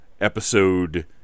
episode